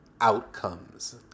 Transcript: outcomes